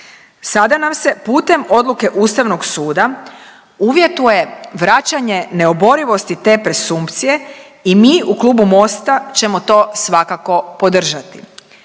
Sada nam se putem odluke Ustavnog suda uvjetuje vraćanje neoborivosti te presumpcije i mi u klubu Mosta ćemo to svakako podržati.